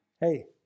Hey